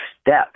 steps